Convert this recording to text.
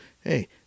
hey